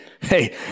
Hey